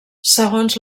segons